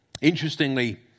Interestingly